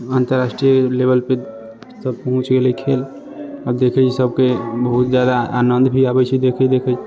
अन्तर्राष्ट्रीय लेवलपे सभ पहुँच गेलै खेल आ देखै छियै सभके बहुत ज्यादा आनन्द भी अबै छै देखैत देखैत